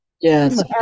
yes